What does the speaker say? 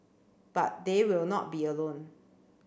but they will not be alone